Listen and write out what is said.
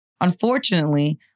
Unfortunately